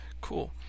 Cool